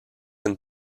and